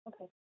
Okay